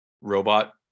robot